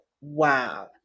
wow